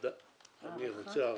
אני רוצה הערכה.